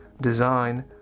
design